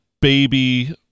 baby